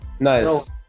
Nice